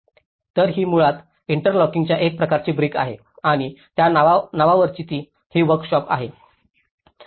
तर ही मुळात इंटरलॉकिंगच्या एक प्रकारची ब्रिक आहे आणि त्या नावावरची ही वोर्कशॉप आहे